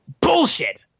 Bullshit